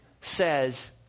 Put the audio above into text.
says